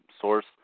source